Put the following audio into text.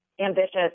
ambitious